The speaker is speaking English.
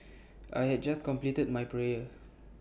I had just completed my prayer